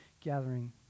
gathering